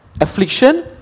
affliction